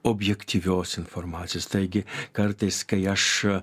objektyvios informacijos taigi kartais kai aš